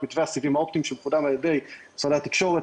מתווה הסיבים האופטיים שמקודם על ידי משרדי התקשורת,